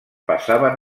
passaven